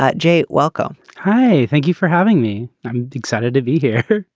ah j. welcome. hi. thank you for having me. i'm excited to be here.